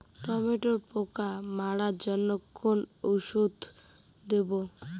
টমেটোর পোকা মারার জন্য কোন ওষুধ দেব?